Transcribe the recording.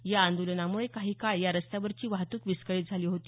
या आंदोलनामुळे काही काळ या रस्त्यावरची वाहतूक विस्कळीत झाली होती